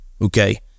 okay